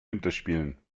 winterspielen